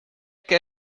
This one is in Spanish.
que